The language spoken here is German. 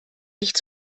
nicht